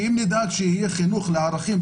אם נדאג שיהיה חינוך לערכים,